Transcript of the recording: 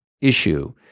issue